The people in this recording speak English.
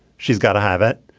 she's gotta have it.